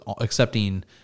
accepting